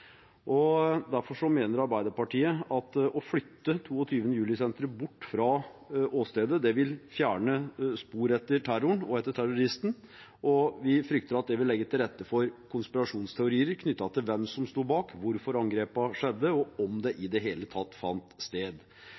Derfor mener Arbeiderpartiet at å flytte 22. juli-senteret bort fra åstedet vil fjerne spor etter terroren og terroristen, og vi frykter at det vil legge til rette for konspirasjonsteorier knyttet til hvem som sto bak, hvorfor angrepene skjedde, og om det i det hele tatt fant sted.